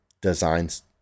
designs